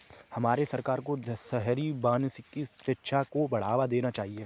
हमारे सरकार को शहरी वानिकी शिक्षा को बढ़ावा देना चाहिए